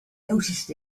noticed